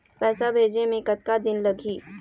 पैसा भेजे मे कतका दिन लगही?